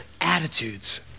attitudes